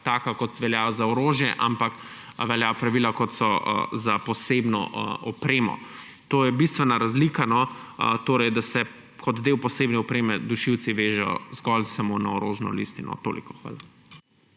takšna, kot veljajo za orožje, ampak veljajo pravila, kot veljajo za posebno opremo. To je bistvena razlika, da se kot del posebne opreme dušilci vežejo zgolj samo na orožno listino. Hvala.